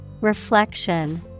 Reflection